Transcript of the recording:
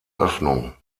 öffnung